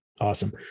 awesome